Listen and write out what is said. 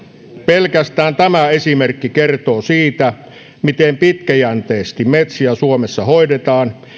pelkästään tämä esimerkki kertoo siitä miten pitkäjänteisesti metsiä suomessa hoidetaan